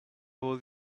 all